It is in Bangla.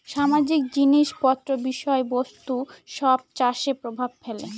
সামাজিক জিনিস পত্র বিষয় বস্তু সব চাষে প্রভাব ফেলে